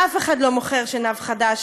אף אחד לא מוכר שנהב חדש,